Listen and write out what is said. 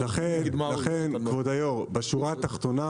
כבוד היושב-ראש, בשורה התחתונה